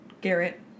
Garrett